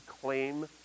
claim